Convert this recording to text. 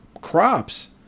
crops